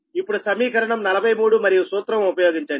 ఇప్పుడు సమీకరణం 43 మరియు సూత్రం ఉపయోగించండి